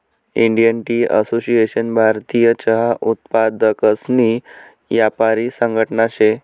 Indian tea association भारतीय चहा उत्पादकसनी यापारी संघटना शे